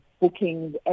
bookings